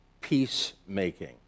peacemaking